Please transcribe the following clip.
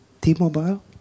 T-Mobile